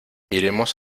iremos